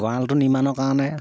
গঁৰালটো নিৰ্মাণৰ কাৰণে